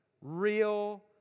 real